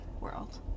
world